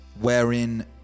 wherein